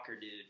dude